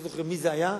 לא זוכר מי זה היה,